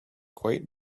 quite